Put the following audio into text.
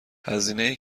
هزینه